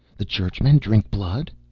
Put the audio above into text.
the churchmen drink blood?